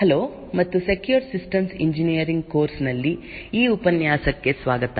hello ಮತ್ತು secure systems engineering course ನಲ್ಲಿ ಈ ಉಪನ್ಯಾಸಕ್ಕೆ ಸ್ವಾಗತ